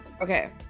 Okay